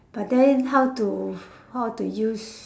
but then how to how to use